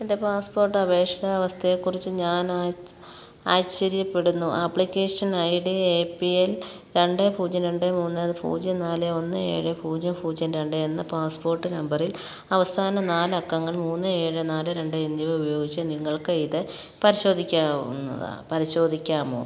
എൻ്റെ പാസ്പോർട്ട് അപേക്ഷ അവസ്ഥയെ കുറിച്ച് ഞാൻ ആശ്ചര്യപ്പെടുന്നു application I D A P L രണ്ട് പൂജ്യം രണ്ട് മൂന്ന് പൂജ്യം നാല് ഒന്ന് ഏഴ് പൂജ്യം പൂജ്യം രണ്ട് എന്ന പാസ്പോർട്ട് നമ്പറിൽ അവസാന നാല് അക്കങ്ങൾ മൂന്ന് ഏഴ് നാല് രണ്ട് എന്നിവ ഉപയോഗിച്ച് നിങ്ങൾക്ക് ഇത് പരിശോധിക്കാവുന്നതാ പരിശോധിക്കാമോ